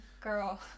girl